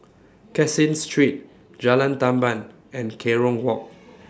Caseen Street Jalan Tamban and Kerong Walk